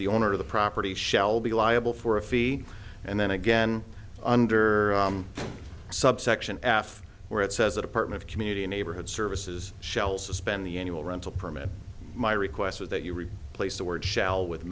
the owner of the property shall be liable for a fee and then again under subsection f where it says that apartment community neighborhood services shell suspend the annual rental permit my request is that you replace the word shall with